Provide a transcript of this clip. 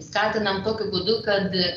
skatiname tokiu būdu kad